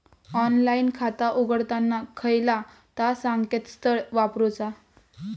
Online खाता उघडताना खयला ता संकेतस्थळ वापरूचा?